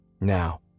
Now